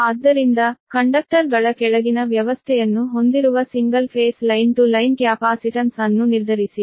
ಆದ್ದರಿಂದ ಕಂಡಕ್ಟರ್ ಗಳ ಕೆಳಗಿನ ವ್ಯವಸ್ಥೆಯನ್ನು ಹೊಂದಿರುವ single phase line to line capacitance ಅನ್ನು ನಿರ್ಧರಿಸಿ